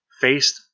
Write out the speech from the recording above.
faced